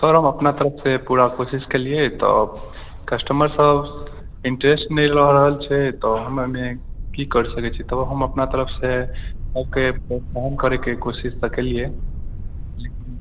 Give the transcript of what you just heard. sir हम अपना तरफसँ पूरा कोशिश केलियै तऽ कस्टमरसभ इंटरेस्ट नहि लऽ रहल छै तऽ हम ओहिमे की करि सकैत छी हम अपना तरफसँ सभके इन्फोर्म करयके कोशिश तऽ केलियै लेकिन